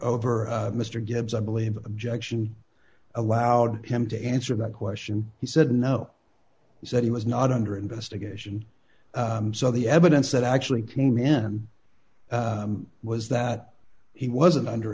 over mr gibbs i believe the objection allowed him to answer that question he said no he said he was not under investigation so the evidence that actually came in was that he wasn't under